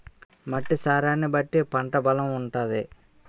మట్టి సారాన్ని బట్టి పంట బలం ఉంటాది